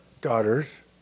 daughters